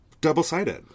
double-sided